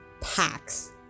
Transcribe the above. packs